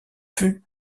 vue